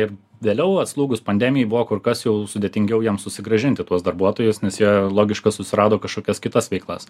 ir vėliau atslūgus pandemijai buvo kur kas jau sudėtingiau jiems susigrąžinti tuos darbuotojus nes jie logiška susirado kažkokias kitas veiklas